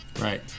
Right